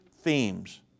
themes